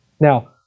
Now